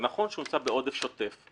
זה נכון שהוא נמצא בעודף שוטף,